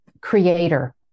creator